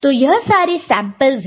तो यह सारे सैंपल्स है